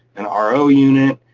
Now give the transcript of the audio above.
an ah ro unit,